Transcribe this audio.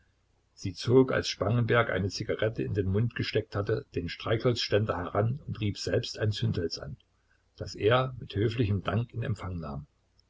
sie zog als spangenberg eine zigarette in den mund gesteckt hatte den streichholzständer heran und rieb selbst ein zündholz an das er mit höflichem dank in empfang nahm